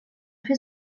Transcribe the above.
fer